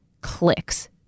clicks